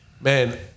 man